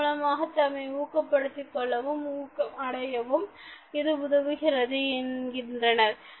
அதன் மூலமாக தம்மை ஊக்கப்படுத்திக் கொள்ளவும் ஊக்கம் அடையவும் இது உதவுகிறது என்கின்றனர்